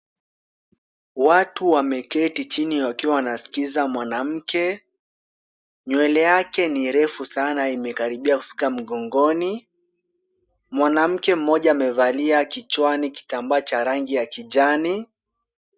Watu wameketi chini wakiwa wanamskiza mwanamke. Nywele yake ni refu sana imekaribia kufika mgongoni. Mwanamke mmoja amevalia kichwani kitambaa cha rangi ya kijani.